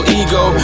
ego